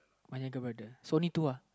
one younger brother so only two uh